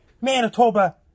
Manitoba